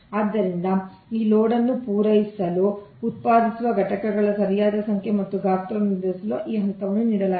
ಆದ್ದರಿಂದ ಈ ಲೋಡ್ ಅನ್ನು ಪೂರೈಸಲು ಉತ್ಪಾದಿಸುವ ಘಟಕಗಳ ಸರಿಯಾದ ಸಂಖ್ಯೆ ಮತ್ತು ಗಾತ್ರವನ್ನು ನಿರ್ಧರಿಸಲು ಈ ಹಂತವನ್ನು ನೀಡಲಾಗಿದೆ